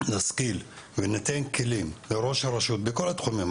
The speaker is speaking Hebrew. נשכיל וניתן כלים לראש הרשות בכל התחומים,